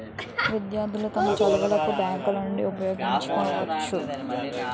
విద్యార్థులు తమ చదువులకు బ్యాంకులను ఉపయోగించుకోవచ్చు